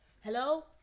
Hello